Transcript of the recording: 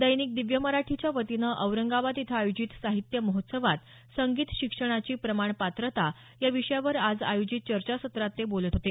दैनिक दिव्य मराठी च्या वतीनं औरंगाबाद इथं आयोजित साहित्य महोत्सवात संगीत शिक्षणाची प्रमाणपात्रता या विषयावर आज आयोजित चर्चासत्रात ते बोलत होते